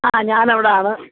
ആ ഞാൻ അവിടെയാണ്